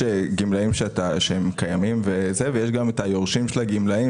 יש גמלאים שקיימים ויש גם את היורשים של הגמלאים